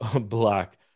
black